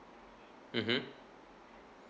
mmhmm